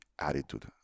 attitude